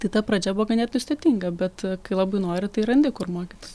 tai ta pradžia buvo ganėtinai sudėtinga bet kai labai nori tai randi kur mokytis